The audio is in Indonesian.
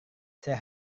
saya